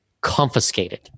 confiscated